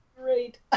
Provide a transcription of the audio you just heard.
great